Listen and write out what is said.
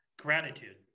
Gratitude